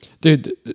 Dude